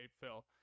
Phil